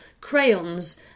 crayons